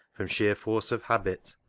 from sheer force of habit,